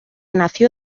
nació